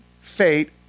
fate